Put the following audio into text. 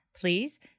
Please